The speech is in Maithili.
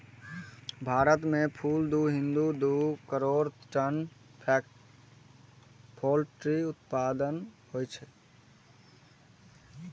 भारत मे कुल दू बिंदु दू करोड़ टन पोल्ट्री उत्पादन होइ छै